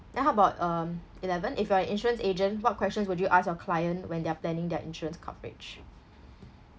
then how about um eleven if you are a insurance agent what questions would you ask your client when they're planning their insurance coverage